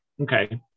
Okay